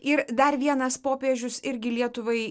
ir dar vienas popiežius irgi lietuvai